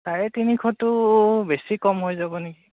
চাৰে তিনিশটো বেছি কম হৈ যাব নেকি